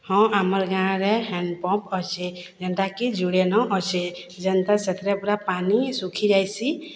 ହଁ ଆମର୍ ଗାଁରେ ହେଣ୍ଡ୍ପମ୍ପ୍ ଅଛେ ଯେନ୍ଟାକି ଯୁଡ଼େନ ଅଛେ ଯେନ୍ତା ସେଥିରେ ପୁରା ପାନି ଶୁଖି ଯାଏସି